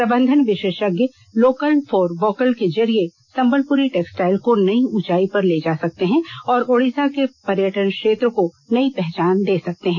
प्रबंधन विशेषज्ञ local for vocal के जरिए संबलपुरी टैक्सटाइल को नई ऊंचाई पर ले जा सकते हैं और ओडिशा के पर्यटन क्षेत्र को नई पहचान दे सकते हैं